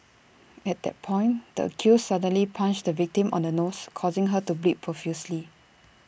at that point the accused suddenly punched the victim on the nose causing her to bleed profusely